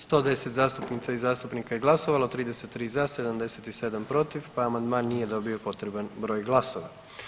110 zastupnica i zastupnika je glasovalo, 33 za, 77 protiv pa amandman nije dobio potreban broj glasova.